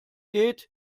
geht